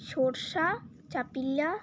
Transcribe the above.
সর্ষে চাপিলা